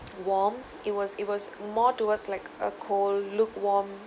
warm it was it was more towards like a cold lukewarm